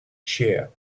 chair